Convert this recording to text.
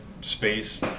space